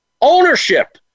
ownership